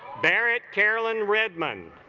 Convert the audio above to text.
barrett carolyn redmond